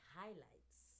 highlights